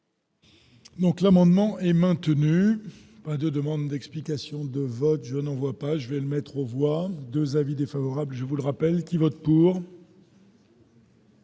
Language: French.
Donc, l'amendement est maintenu de demandes d'explications de vote, je n'en vois pas je vais le mettre aux voix, 2 avis défavorables, je vous le rappelle, qui vote pour.